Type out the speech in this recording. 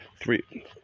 three